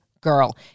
girl